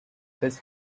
his